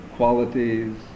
qualities